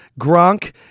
Gronk